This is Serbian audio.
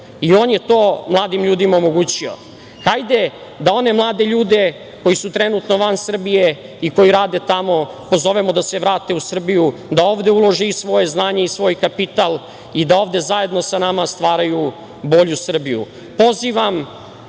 On je to mladim ljudima omogućio. Hajde da one mlade ljude koji su trenutno van Srbije i koji rade tamo pozovemo da se vrate u Srbiju, da ovde ulože i svoje znanje i svoj kapital i da ovde zajedno sa nama stvaraju bolju Srbiju. Pozivam